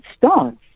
starts